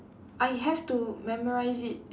I have to memorise it